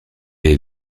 est